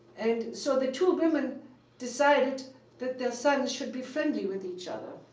and so the two women decided that their sons should be friendly with each other.